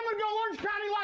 ah go orange county, yeah